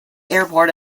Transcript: airport